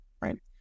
right